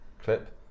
clip